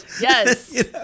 yes